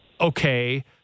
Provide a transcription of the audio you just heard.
okay